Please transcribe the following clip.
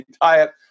diet